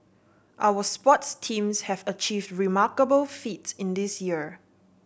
our sports teams have achieved remarkable feats in this year